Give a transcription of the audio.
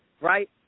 right